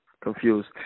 confused